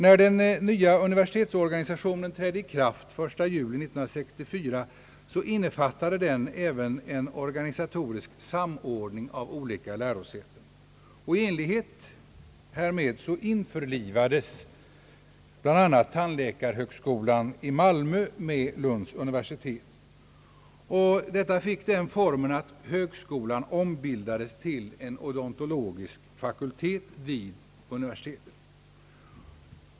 När den nuvarande universitetsorganisationen trädde i kraft, den 1 juli 1964, innefattade den även en organisatorisk samordning av olika lärosäten. I enlighet härmed införlivades bl.a. tandläkarhögskolan i Malmö med Lunds universitet. Detta fick den formen att högskolan ombildades till en odontologisk fakultet vid universitetet.